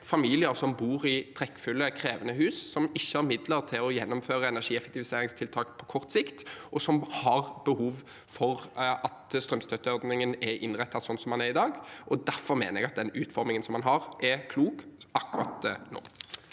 familier som bor i trekkfulle, krevende hus, som ikke har midler til å gjennomføre energieffektiviseringstiltak på kort sikt, og som har behov for at strømstøtteordningen er innrettet sånn som den er i dag. Derfor mener jeg at den utformingen man har, er klok akkurat nå.